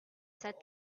said